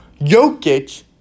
Jokic